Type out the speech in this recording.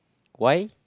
why